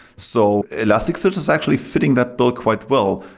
so elasticsearch is actually fitting that build quite well.